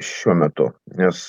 šiuo metu nes